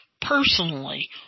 personally